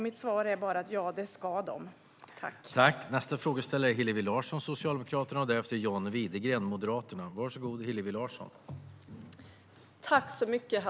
Mitt svar är att de ska göra det.